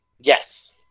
Yes